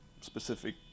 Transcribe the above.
specific